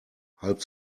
halb